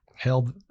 held